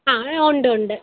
ആ ഉണ്ട് ഉണ്ട്